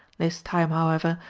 this time, however,